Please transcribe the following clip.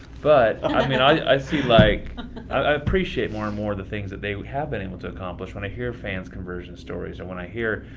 but um i mean i see like and i appreciate more and more the things that they have been able to accomplish when i hear fans' conversion stories or when i hear,